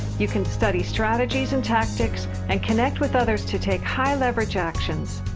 you can study strategies and tactics and connect with others to take high-leverage actions.